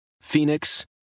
Phoenix